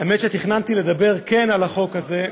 האמת שתכננתי כן לדבר על החוק הזה,